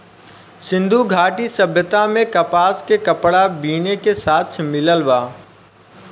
सिंधु घाटी सभ्यता में कपास के कपड़ा बीने के साक्ष्य मिलल बा